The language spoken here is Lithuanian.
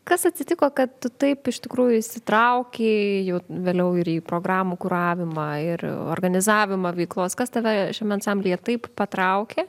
kas atsitiko kad tu taip iš tikrųjų įsitraukei jau vėliau ir į programų kuravimą ir organizavimą veiklos kas tave šiame ansamblyje taip patraukė